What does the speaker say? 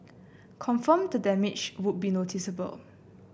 confirm the damage would be noticeable